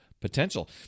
potential